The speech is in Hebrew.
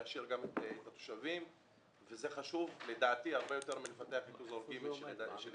יעשיר גם את התושבים וזה חשוב הרבה יותר מאשר לפתח את עידן הנגב.